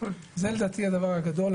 זה דווקא אינטרס שלכם.